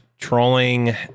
trolling